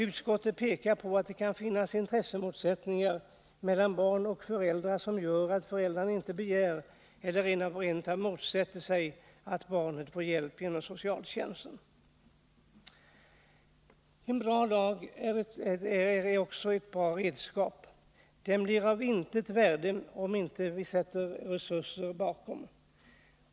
Utskottet pekar på att det kan finnas intressemotsättningar mellan barn och föräldrar som gör att föräldrarna inte begär eller rent av motsätter sig att barnet får hjälp genom socialtjänsten. En bra lag är ett bra redskap. Men den blir av intet värde om man inte sätter resurser bakom.